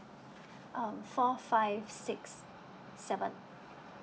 um four five six seven